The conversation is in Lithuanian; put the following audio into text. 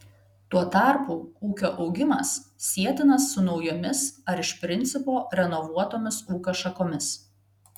tuo tarpu ūkio augimas sietinas su naujomis ar iš principo renovuotomis ūkio šakomis